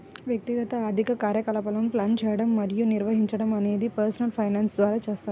వ్యక్తిగత ఆర్థిక కార్యకలాపాలను ప్లాన్ చేయడం మరియు నిర్వహించడం అనేది పర్సనల్ ఫైనాన్స్ ద్వారా చేస్తారు